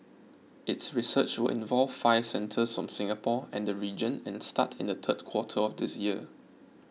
its research will involve five centres from Singapore and the region and start in the third quarter of this year